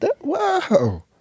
wow